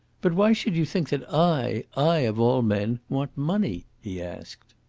but why should you think that i i, of all men want money? he asked.